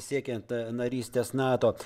siekiant narystės nato